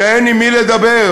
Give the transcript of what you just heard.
שאין עם מי לדבר,